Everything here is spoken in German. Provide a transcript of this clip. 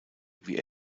wie